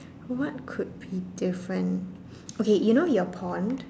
what could be different okay you know your pond